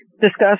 discuss